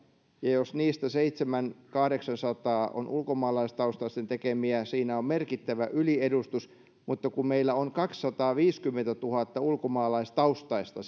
ja ja jos niistä seitsemänsataa viiva kahdeksansataa on ulkomaalaistaustaisten tekemiä siinä on merkittävä yliedustus mutta kun meillä on kaksisataaviisikymmentätuhatta ulkomaalaistaustaista